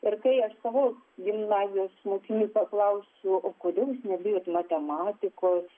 ir tai aš savos gimnazijos mokinių paklausiu kodėl jūs nebijot matematikos